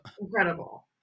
Incredible